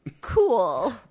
Cool